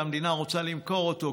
והמדינה רוצה למכור אותו.